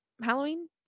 Halloween